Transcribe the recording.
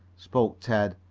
spoke ted.